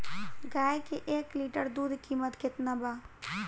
गाय के एक लीटर दूध कीमत केतना बा?